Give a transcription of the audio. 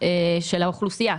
של האוכלוסייה.